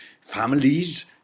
families